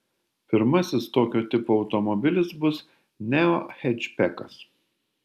pirmasis tokio tipo automobilis bus neo hečbekas